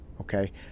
Okay